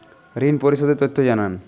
ঋন পরিশোধ এর তথ্য জানান